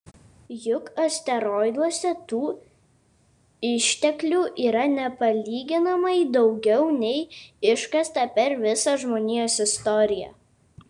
juk asteroiduose tų išteklių yra nepalyginamai daugiau nei iškasta per visą žmonijos istoriją